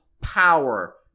power